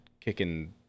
kicking